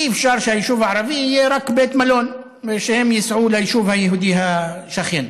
אי-אפשר שהיישוב הערבי יהיה רק בית מלון ושהם ייסעו ליישוב היהודי השכן.